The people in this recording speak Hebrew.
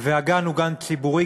והגן הוא גן ציבורי,